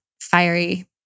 fiery